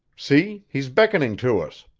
see, he's beckoning to us.